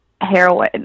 heroin